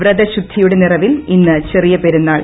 വ്രതശുദ്ധിയുടെ നിറവിൽ ഇന്ന് ചെറിയ പെരുന്നാൾ